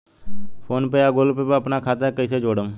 PhonePe या Google Pay पर अपना खाता के कईसे जोड़म?